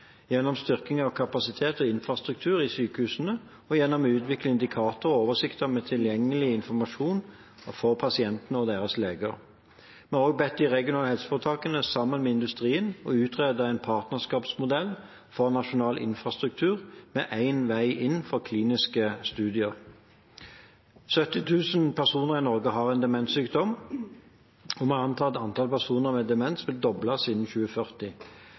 gjennom styrking av kapasitet og infrastruktur i sykehusene, og gjennom å utvikle indikatorer og oversikter med tilgjengelig informasjon for pasienter og legene deres. Vi har også bedt de regionale helseforetakene sammen med industrien om å utrede en partnerskapsmodell for nasjonal infrastruktur med «én vei inn» for kliniske studier. 70 000 personer i Norge har en demenssykdom, og man antar at antall personer med demens